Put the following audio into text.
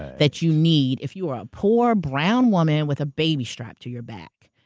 that you need, if you are a poor, brown woman with a baby strapped to your back.